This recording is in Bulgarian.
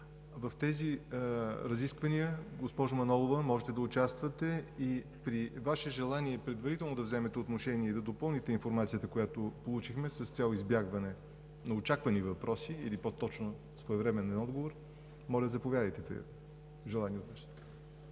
В тези разисквания, госпожо Манолова, можете да участвате и при Ваше желание предварително да вземете отношение и да допълните информацията, която получихме с цел избягване на очаквани въпроси или по-точно своевременен отговор. Госпожа Манолова е тук, очакваме